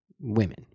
women